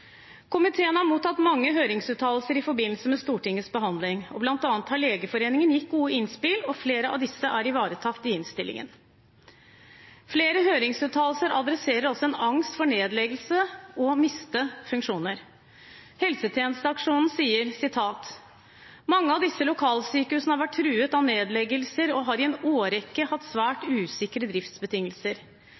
Komiteen har mottatt mange høringsuttalelser i forbindelse med Stortingets behandling. Blant annet har Legeforeningen gitt gode innspill, og flere av disse er ivaretatt i innstillingen. Flere høringsuttalelser adresserer også en angst for nedleggelse og å miste funksjoner. Helsetjenesteaksjonen sier: «mange av disse lokalsykehusene har vært truet av nedleggelser og i en årrekke hatt svært usikre driftsbetingelser.